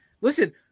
listen